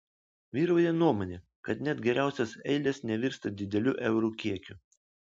vyrauja nuomonė kad net geriausios eilės nevirsta dideliu eurų kiekiu